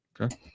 Okay